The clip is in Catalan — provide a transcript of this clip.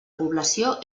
població